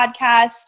podcast